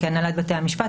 כהנהלת בתי המשפט,